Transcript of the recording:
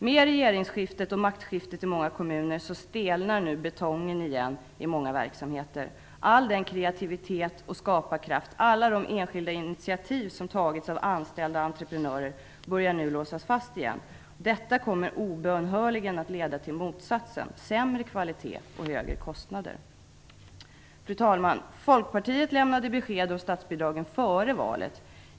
Med regeringsskiftet och maktskiftet i många kommuner stelnar nu åter betongen i många verksamheter. All kreativitet och skaparkraft, alla de enskilda initiativ som tagits av anställda och entreprenörer, börjar nu låsas fast igen. Detta kommer obönhörligen att leda till motsatsen: sämre kvalitet och högre kostnader. Fru talman! Folkpartiet lämnade besked om statsbidragen före valet.